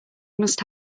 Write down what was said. must